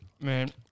Man